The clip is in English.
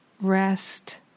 rest